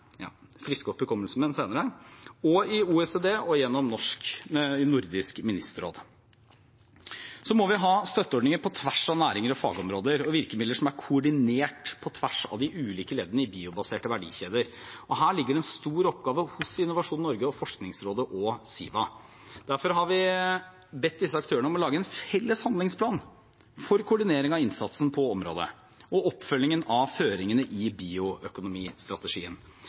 ha støtteordninger på tvers av næringer og fagområder og virkemidler som er koordinert på tvers av de ulike leddene i biobaserte verdikjeder. Her ligger det en stor oppgave hos Innovasjon Norge, Forskningsrådet og Siva. Derfor har vi bedt disse aktørene om å lage en felles handlingsplan for koordinering av innsatsen på området og oppfølgingen av føringene i bioøkonomistrategien.